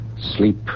Sleep